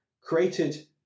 created